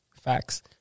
Facts